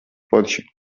forši